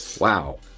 Wow